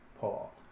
Paul